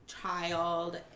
child